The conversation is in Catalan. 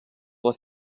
les